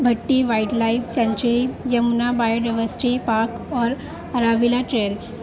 بھٹی wild life sanctuary Yamuna biodiversity park اور Aravalli trails